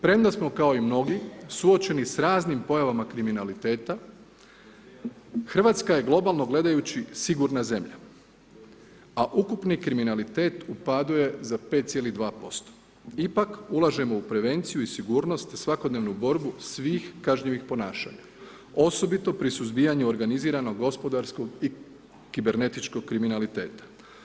Premda smo, kao i mnogi, suočeni s raznim pojavama kriminaliteta Hrvatska je globalno gledajući sigurna zemlja, a ukupni kriminalitet u padu je za 5,2%, ipak ulažemo u prevenciju i sigurnosti za svakodnevnu borbu svih kažnjivih ponašanja, osobito pri suzbijanju organiziranog, gospodarskog i kibernetičkog kriminaliteta.